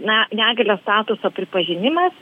na negalios statuso pripažinimas